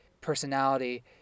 personality